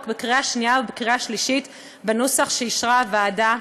בקריאה שנייה ובקריאה שלישית בנוסח שאישרה הוועדה.